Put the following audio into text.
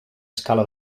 escala